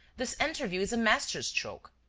this interview is a masterstroke.